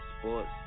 Sports